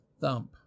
Thump